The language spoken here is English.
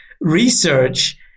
research